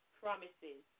promises